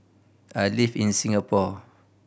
I live in Singapore